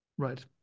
Right